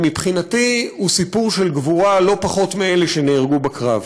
ומבחינתי הוא סיפור של גבורה לא פחות משל אלה שנהרגו בקרב.